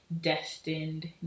destined